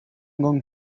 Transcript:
going